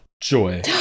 Joy